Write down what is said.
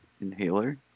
inhaler